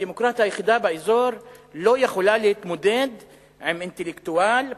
הדמוקרטיה היחידה באזור לא יכולה להתמודד עם אינטלקטואל,